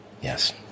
yes